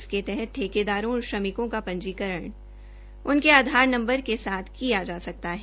इसके तहत ठेकेदारों और श्रमिकों का पंजीकरण उनके आधार नंबर के साथ किया जा रहा है